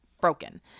broken